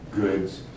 goods